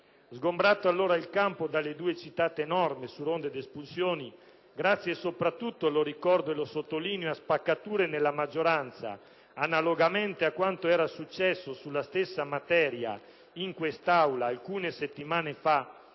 Sgombrato allora il campo dalle due citate norme su ronde ed espulsioni, grazie soprattutto - lo ricordo e lo sottolineo - a spaccature nella maggioranza analogamente a quanto era successo sulla stessa materia in questa Aula alcune settimane fa